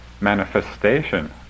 manifestation